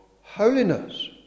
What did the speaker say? holiness